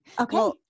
Okay